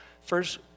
first